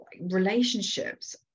relationships